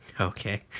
okay